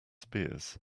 spears